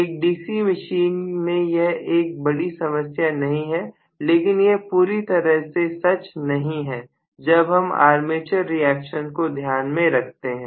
एक DC machine में यह एक बड़ी समस्या नहीं है लेकिन यह पूरी तरह से सच नहीं है जब हम आर्मेचर रिएक्शन को ध्यान में रखते हैं